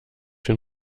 den